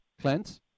Clint